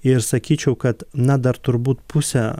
ir sakyčiau kad na dar turbūt pusę